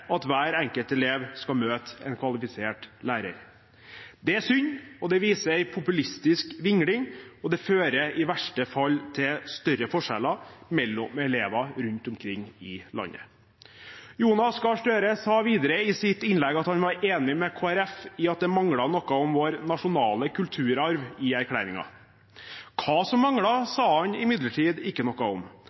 at hver enkelt elev skal møte en kvalifisert lærer. Det er synd. Det viser en populistisk vingling, og det fører i verste fall til større forskjeller mellom elever rundt omkring i landet. Jonas Gahr Støre sa videre i sitt innlegg at han var enig med Kristelig Folkeparti i at det manglet noe om vår nasjonale kulturarv i erklæringen. Hva som manglet, sa han imidlertid ikke noe om.